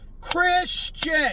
Christian